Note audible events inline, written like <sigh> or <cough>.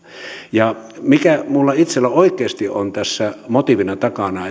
mikä minulla itsellä oikeasti on tässä motiivina takana <unintelligible>